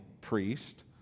priest